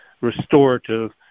restorative